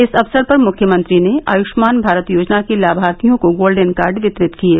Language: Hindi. इस अवसर पर मुख्यमंत्री ने आयू मान भारत योजना के लामार्थियों को गोल्डेन कार्ड वितरित किये